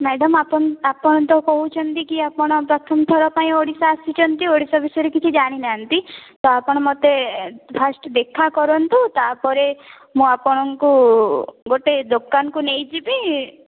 madam ଆପଣ ଆପଣ ତ କହୁଛନ୍ତି ଆପଣ ପ୍ରଥମ ଥର ଓଡ଼ିଶା ଆସିଛନ୍ତି ଓଡ଼ିଶା ବିଷୟରେ କିଛି ଜାଣି ନାହାନ୍ତି ତ ଆପଣ ମତେ ଫାଷ୍ଟ ଦେଖା କରନ୍ତୁ ତା'ପରେ ମୁଁ ଆପଣଙ୍କୁ ଗୋଟେ ଦୋକାନକୁ ନେଇଯିବି